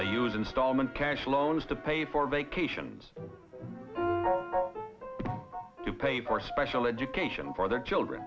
they use installment cash loans to pay for vacations to pay for special education for their children